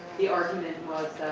the argument